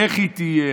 איך היא תהיה,